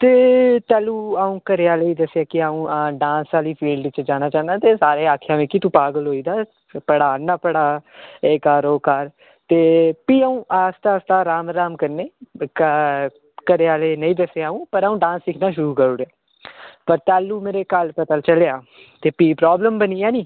ते तैह्लूं अ'ऊं घरै आह्लें'ई दस्सेआ कि अ'ऊं डांस आह्ली फील्ड च जाना चाह्न्नां ते सारें आखेआ मिक्की तू पागल होई दा पढ़ाऽ'रनां पढ़ाऽ एह् कर एह् कर ते प्ही अ'ऊं आस्ता आस्ता राम राम कन्नै घरै आह्लें'ई नेईं दस्सेआ में पर अ'ऊं डांस सिक्खना शुरू करी ओड़ेआ पर तैह्लूं मेरे घर पता चलेआ ते प्ही प्रॉब्लम बनी गेआ निं